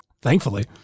thankfully